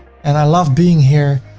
and i love being here,